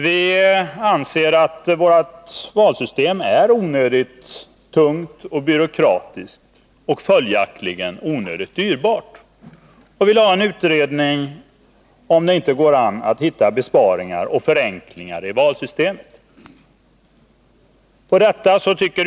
Vi anser att vårt valsystem är onödigt tungt och byråkratiskt — och följaktligen onödigt dyrbart. Vi vill ha en utredning för att söka hitta möjligheter till besparingar och förenklingar i valsystemet.